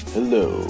Hello